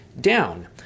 down